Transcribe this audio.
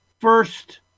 first